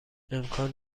امکان